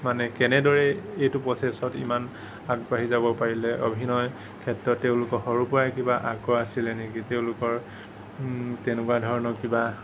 মানে কেনেদৰে এইটো প্ৰচেছত ইমান আগবাঢ়ি যাব পাৰিলে অভিনয়ৰ ক্ষেত্ৰত তেওঁলোকৰ সৰুৰ পৰাই কিবা আগ্ৰহ আছিলে নেকি তেওঁলোকৰ তেনেকুৱা ধৰণৰ কিবা